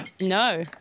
No